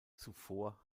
zuvor